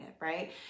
right